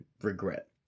regret